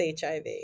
HIV